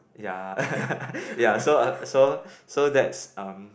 ya ya so uh so so that's um